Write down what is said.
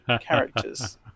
characters